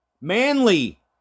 manly